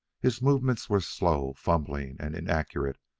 his movements were slow, fumbling, and inaccurate,